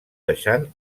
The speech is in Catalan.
deixant